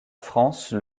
france